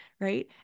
Right